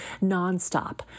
nonstop